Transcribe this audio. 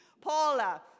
Paula